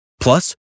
Plus